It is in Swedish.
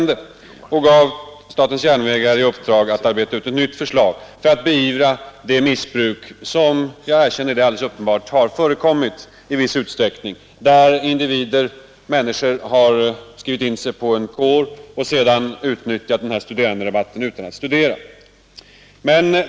Regeringen gav SJ i uppdrag att arbeta ut ett nytt förslag för att beivra det missbruk som i viss utsträckning uppenbarligen förekommit — människor har skrivit in sig på en kår och sedan utnyttjat studeranderabatten utan att studera.